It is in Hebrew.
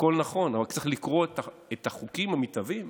הכול נכון, רק צריך לקרוא את החוקים המתהווים